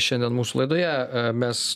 šiandien mūsų laidoje mes